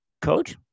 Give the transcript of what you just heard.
Coach